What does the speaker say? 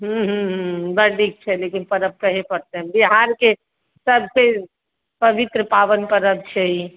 हूँ हूँ हूँ बड़ नीक छै लेकिन पर्व करहे पड़तै बिहाके सबसे पवित्र पावनि पर्व छै ई